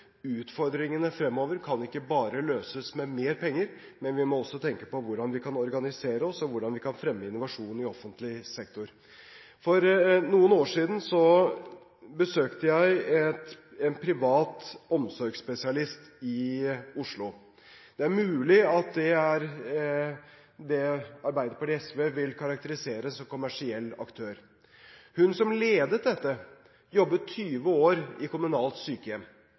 Utfordringene fremover kan ikke bare løses med mer penger, men vi må også tenke på hvordan vi kan organisere oss, og hvordan vi kan fremme innovasjon i offentlig sektor. For noen år siden besøkte jeg en privat omsorgsspesialist i Oslo. Det er mulig at den er det Arbeiderpartiet og SV vil karakterisere som kommersiell aktør. Hun som ledet dette, jobbet 20 år i kommunalt sykehjem